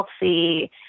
healthy